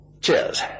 Cheers